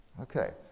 Okay